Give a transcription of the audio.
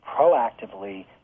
proactively